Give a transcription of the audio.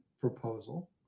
proposal